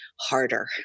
harder